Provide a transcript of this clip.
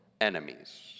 enemies